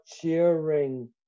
cheering